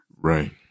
Right